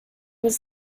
was